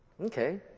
Okay